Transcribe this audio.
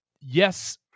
yes